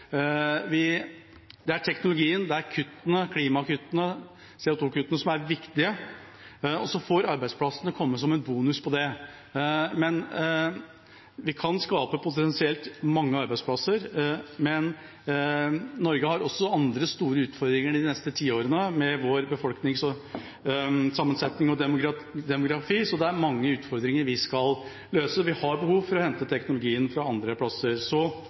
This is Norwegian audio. utover. Det er teknologien, det er kuttene, klimakuttene, CO 2 -kuttene, som er viktige, og så får arbeidsplassene komme som en bonus. Vi kan potensielt skape mange arbeidsplasser, men Norge har også andre store utfordringer de neste tiårene, med sin befolkningssammensetning og demografi, så det er mange utfordringer vi skal løse. Vi har behov for å hente teknologien fra andre plasser.